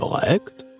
correct